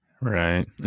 right